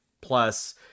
plus